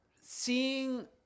seeing